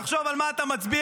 תחשוב על מה אתה מצביע,